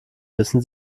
wissen